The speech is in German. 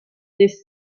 des